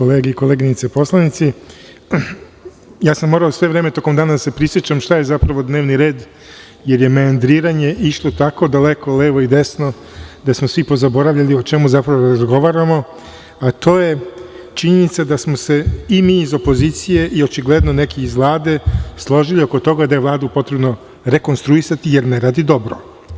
Gospodine ministre, koleginice i kolege poslanici, ja sam morao sve vreme tokom današnjeg dana da se prisećam šta je zapravo dnevni red, jer je meandriranje išlo tako, daleko levo i desno, da smo svi pozaboravljali o čemu zapravo razgovaramo, a to je činjenica da smo se i mi iz opozicije i očigledno neki iz Vlade, složili oko toga da je Vladu potrebno rekonstruisati jer ne radi dobro.